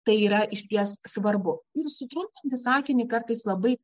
tai yra išties svarbu ir sutrupinti sakinį kartais labai